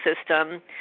system